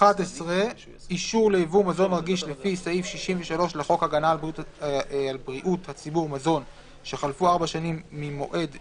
--- האישור לייבוא טרם חלפו ארבע שנים ממועד נתינתו.